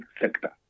sector